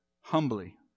humbly